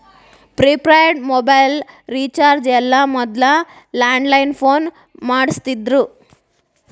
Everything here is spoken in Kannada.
ಪ್ರಿಪೇಯ್ಡ್ ಮೊಬೈಲ್ ರಿಚಾರ್ಜ್ ಎಲ್ಲ ಮೊದ್ಲ ಲ್ಯಾಂಡ್ಲೈನ್ ಫೋನ್ ಮಾಡಸ್ತಿದ್ರು